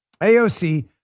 AOC